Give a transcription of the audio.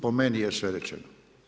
Po meni je sve rečeno.